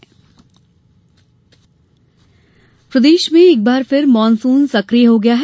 मौसम प्रदेश में एक बार फिर मानसून सकिय हो गया है